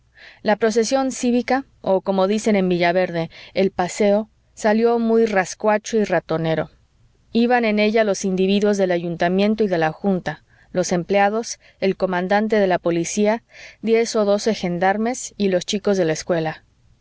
la procesión cívica o como dicen en villaverde el paseo salió muy rascuacho y ratonero iban en ella los individuos del ayuntamiento y de la junta los empleados el comandante de la policía diez o doce gendarmes y los chicos de la escuela